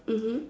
mmhmm